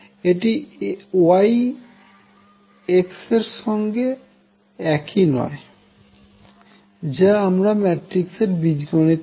এটি Y X এর সঙ্গে একই নয় যা আমরা ম্যাট্রিক্স বীজগণিত থেকে জানি